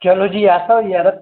चलो जी ऐसा होई जा तां